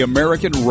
American